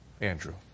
Andrew